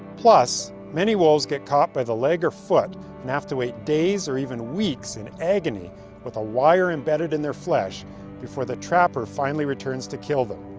plus, many wolves get caught by the leg or foot and have to wait days or even weeks in agony with a wire embeded in their flesh before the trapper finally returns to kill them.